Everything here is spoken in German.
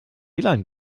lan